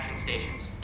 stations